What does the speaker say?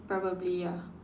probably ya